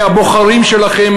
הבוחרים שלכם,